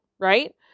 right